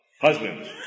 husbands